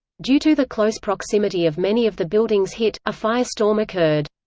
due to the close proximity of many of the buildings hit, a firestorm occurred.